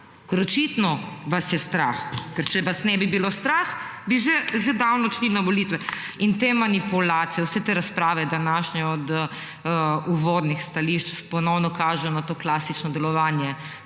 Ker očitno vas je strah. Ker če vas nebi bilo strah, bi že davno odšli na volitve. In te manipulacije, vse te razprave današnje od uvodnih stališč ponovno kažejo na to klasično delovanje